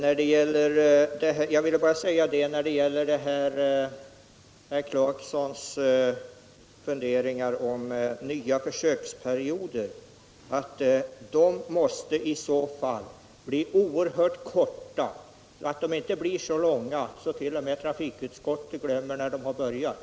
Vad gäller herr Clarksons funderingar om nya försöksperioder vill jag säga att dessa i så fall måste bli mycket korta. De får inte bli så långa att t.o.m. trafikutskottet glömmer när de har börjat.